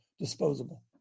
Disposable